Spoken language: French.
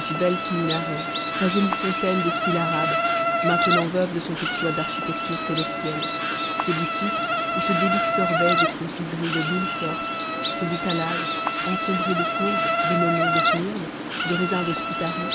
sveltes minarets sa jolie fontaine de style arabe maintenant veuve de son petit toit d'architecture célestienne ses boutiques où se débitent sorbets et confiseries de mille sortes ses étalages encombrés de courges de melons de smyrne de raisins de